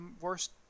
worst